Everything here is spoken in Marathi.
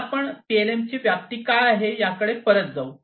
तर आपण पीएलएमची व्याप्ती काय आहे याकडे परत जाऊ